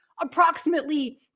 approximately